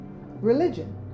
Religion